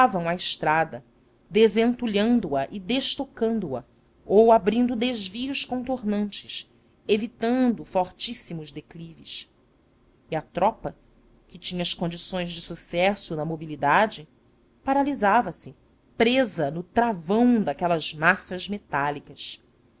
reparavam a estrada desentulhando a e destocando a ou abrindo desvios contornantes evitando fortíssimos declives e a tropa que tinha as condições de sucesso na mobilidade paralisavase presa no travão daquelas massas metálicas